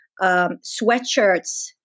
sweatshirts